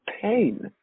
pain